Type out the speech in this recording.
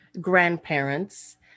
grandparents